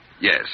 Yes